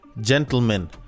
gentlemen